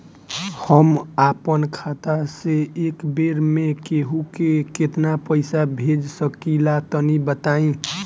हम आपन खाता से एक बेर मे केंहू के केतना पईसा भेज सकिला तनि बताईं?